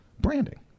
branding